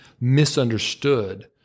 misunderstood